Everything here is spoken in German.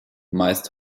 meist